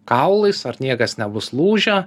kaulais ar niekas nebus lūžę